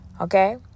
Okay